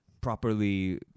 properly